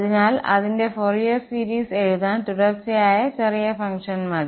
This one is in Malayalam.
അതിനാൽ അതിന്റെ ഫൊറിയർ സീരീസ് എഴുതാൻ തുടർച്ചയായ ചെറിയ ഫങ്ക്ഷൻ മതി